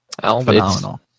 phenomenal